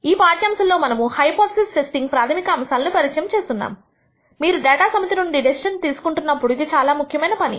ఈ పాఠ్యాంశంలో మనము హైపోథిసిస్ టెస్టింగ్ ప్రాథమిక అంశాలను పరిచయం చేస్తున్నాము మీరు డేటా సమితి నుండి డెసిషన్ తీసుకుంటున్నప్పుడు ఇది చాలా ముఖ్యమైన పని